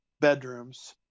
bedrooms